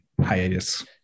hiatus